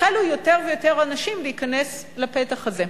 החלו יותר ויותר אנשים להיכנס לפתח הזה.